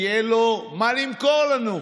כי אין לו מה למכור לנו.